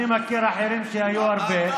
אני מכיר אחרים שהיו הרבה,